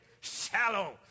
shallow